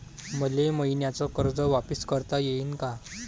मले मईन्याचं कर्ज वापिस करता येईन का?